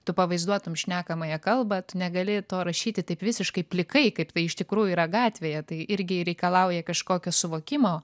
tu pavaizduotum šnekamąją kalbą tu negali to rašyti taip visiškai plikai kaip tai iš tikrųjų yra gatvėje tai irgi reikalauja kažkokio suvokimo